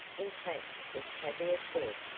in fact as tavia said,